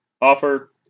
offer